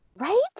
right